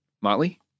Motley